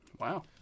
Wow